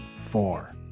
Four